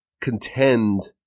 contend